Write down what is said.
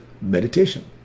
meditation